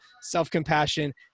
self-compassion